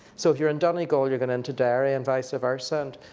so if you're in donegal, you're going into derry and vice-versa, and